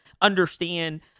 understand